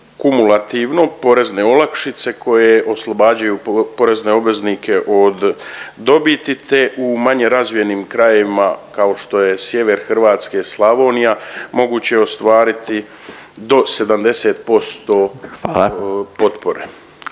kumulativno porezne olakšice koje oslobađaju porezne obveznike od dobiti te u manje razvijenim krajevima kao što je sjever Hrvatske, Slavonija moguće je ostvariti do 70% …/Upadica